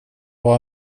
var